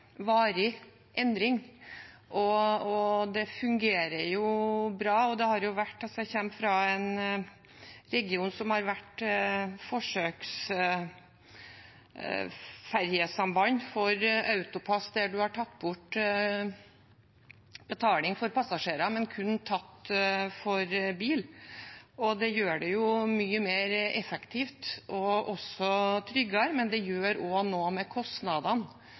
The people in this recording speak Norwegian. Det fungerer jo bra. Jeg kommer fra en region som har hatt forsøk med ferjesamband for AutoPASS, og der det ble tatt bort betaling for passasjerer, og kun tatt betaling for bil. Det gjør det mye mer effektivt og tryggere, men det gjør også noe med kostnadene